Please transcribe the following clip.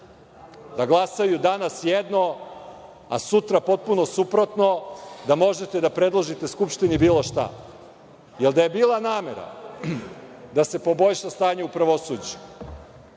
da glasaju danas jedno, a sutra potpuno suprotno, da možete da predložite Skupštini bilo šta. Da je bila namera da se poboljša stanje u pravosuđu,